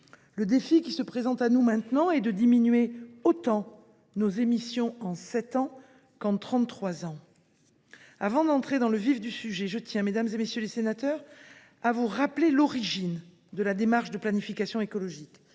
Le défi qui se présente à nous maintenant est de diminuer autant nos émissions en sept ans qu’en trente trois ans. Avant d’entrer dans le vif du sujet, je tiens, mesdames, messieurs les sénateurs, à vous rappeler l’origine de la démarche de planification écologique.